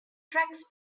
tracks